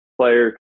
player